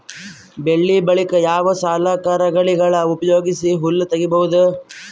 ಬೆಳಿ ಬಳಿಕ ಯಾವ ಸಲಕರಣೆಗಳ ಉಪಯೋಗಿಸಿ ಹುಲ್ಲ ತಗಿಬಹುದು?